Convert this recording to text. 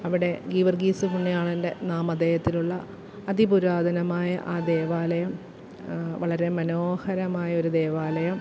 അവിടെ ഗീവർഗീസ്സ് പുണ്യാളന്റെ നാമധയത്തിലുള്ള അതിപുരാതനമായ ആ ദേവാലയം വളരെ മനോഹരമായൊരു ദേവാലയം